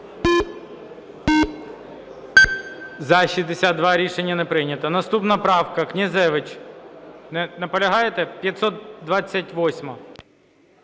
За-62 Рішення не прийнято. Наступна правка, Князевич. Наполягаєте? 528.